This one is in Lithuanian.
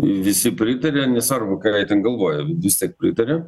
visi pritaria nesvarbu ką jie ten galvoja vis tiek pritaria